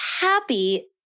Happy